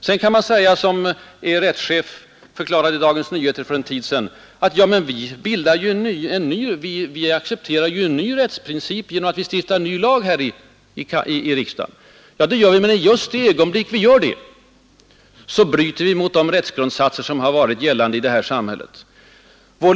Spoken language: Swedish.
Sen kan man säga som Er rättschef i Dagens Nyheter för en tid sedan, att vi accepterar ju en ny rättsprincip genom att vi stiftar en ny i riksdagen. Ja, det gör vi, men just i det ögonblicket bryter vi mot de rättsgrundsatser som hittills har gällt i detta samhälle.